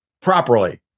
properly